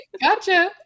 Gotcha